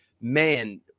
man